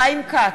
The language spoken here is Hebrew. (קוראת בשמות חברי הכנסת) חיים כץ,